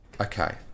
Okay